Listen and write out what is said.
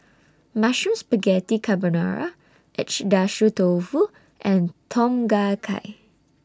Mushroom Spaghetti Carbonara Agedashi Dofu and Tom Kha Gai